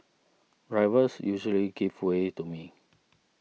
drivers usually give way to me